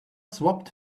swapped